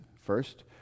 First